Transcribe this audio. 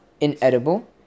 inedible